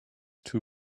too